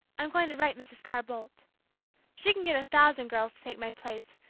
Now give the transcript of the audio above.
i'm going to write mrs. carr-boldt she can get a thousand girls to take my place,